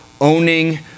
owning